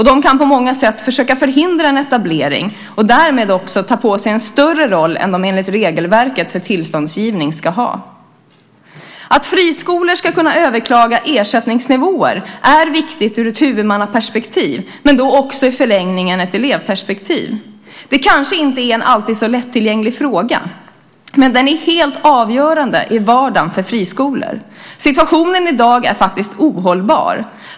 De kan på många sätt försöka förhindra en etablering och därmed tar de på sig en större roll än de enligt regelverket för tillståndsgivning ska ha. Att friskolor ska kunna överklaga ersättningsnivåer är viktigt ur ett huvudmannaperspektiv, men då också i förlängningen ur ett elevperspektiv. Det är en kanske inte alltid lättillgänglig fråga. Men den är helt avgörande i vardagen för friskolor. Situationen i dag är faktiskt ohållbar.